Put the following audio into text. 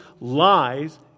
lies